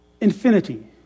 Infinity